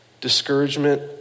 discouragement